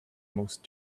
most